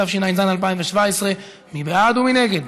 התשע"ז 2017. מי בעד ומי נגד?